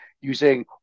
using